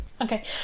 okay